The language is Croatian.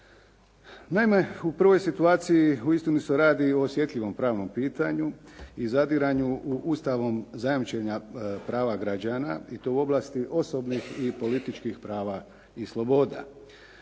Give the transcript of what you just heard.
Naime u prvoj situaciji uistinu se radi o osjetljivom pravnom pitanju i zadiranju u ustavom zajamčena prava građana i to u oblasti osobnih i političkih prava i sloboda